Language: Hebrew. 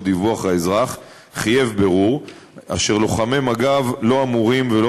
דיווח האזרח חייב בירור אשר לוחמי מג"ב לא אמורים ולא